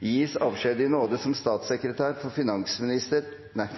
gis avskjed i nåde som statssekretær